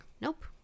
nope